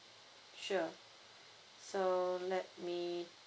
sure so let me